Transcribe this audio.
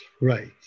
Right